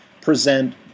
present